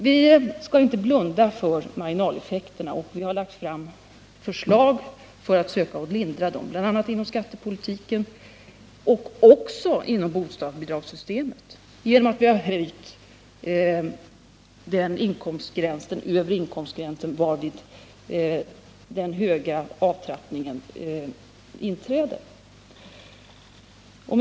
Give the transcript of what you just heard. Vi skall inte blunda för marginaleffekterna, och vi har lagt fram förslag för att försöka hindra dem, bl.a. på skattepolitikens område och inom bostadsbidragssystemet, genom att vi har höjt den högre inkomstgräns varvid den höga avtrappningen inträder.